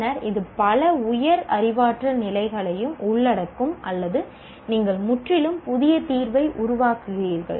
பின்னர் இது பல உயர் அறிவாற்றல் நிலைகளையும் உள்ளடக்கும் அல்லது நீங்கள் முற்றிலும் புதிய தீர்வை உருவாக்குகிறீர்கள்